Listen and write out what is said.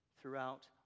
throughout